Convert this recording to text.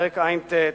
פרק ע"ט: